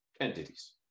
entities